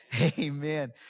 amen